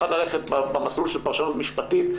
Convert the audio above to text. אחת ללכת במסלול של פרשנות משפטית.